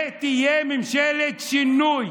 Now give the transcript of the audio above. ותהיה ממשלת שינוי,